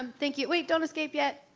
um thank you, wait, don't escape yet!